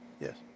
Yes